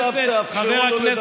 עכשיו תאפשרו לו לדבר.